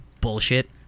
bullshit